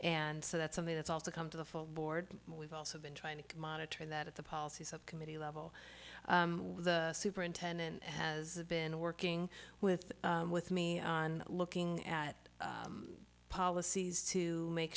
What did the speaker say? and so that's something that's all to come to the full board but we've also been trying to monitor that at the policies of committee level the superintendent has been working with with me on looking at policies to make